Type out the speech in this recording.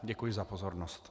Děkuji za pozornost.